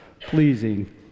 pleasing